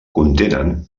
contenen